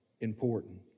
important